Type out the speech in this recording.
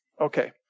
okay